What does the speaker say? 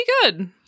good